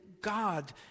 God